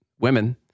women